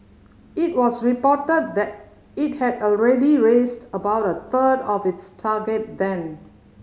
it was reported that it had already raised about a third of its target then